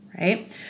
right